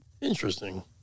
Interesting